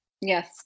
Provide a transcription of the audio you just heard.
Yes